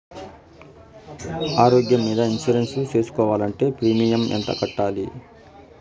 ఆరోగ్యం మీద ఇన్సూరెన్సు సేసుకోవాలంటే ప్రీమియం ఎంత కట్టాలి?